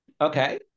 Okay